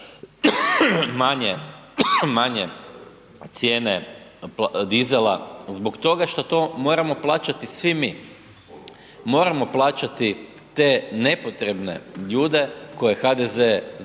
manje cijene dizela. Zbog toga što to moramo plaćati svi mi. Moramo plaćati te nepotrebne ljude koje HDZ